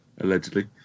Allegedly